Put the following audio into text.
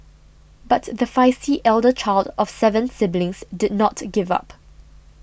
but the feisty elder child of seven siblings did not give up